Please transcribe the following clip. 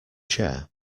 chair